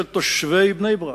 של תושבי בני-ברק,